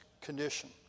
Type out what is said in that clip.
condition